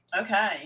Okay